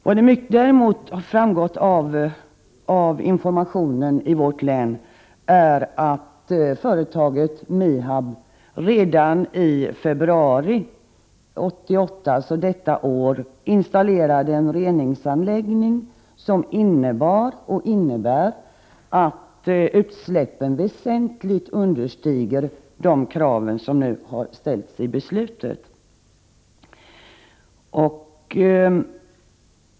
Vad som däremot har framkommit av informationen i vårt län är att MIHAB redan i februari 1988 installerade en reningsanläggning, vilket innebär — och redan då innebar — att utsläppen väsentligt understiger de gränskrav som nu har uppställts i beslutet.